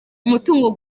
umutungo